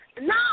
No